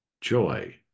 joy